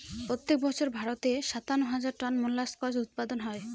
প্রত্যেক বছর ভারতে সাতান্ন হাজার টন মোল্লাসকস উৎপাদন হয়